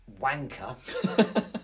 wanker